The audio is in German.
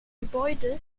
gebäude